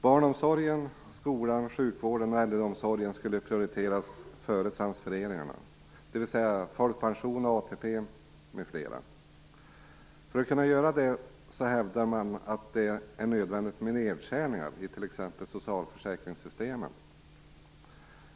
Barnomsorgen, skolan, sjukvården och äldreomsorgen skulle prioriteras före transfereringarna, dvs. folkpension, ATP, m.fl. För att kunna göra det hävdar man att det är nödvändigt med nedskärningar i t.ex. socialförsäkringssystemen.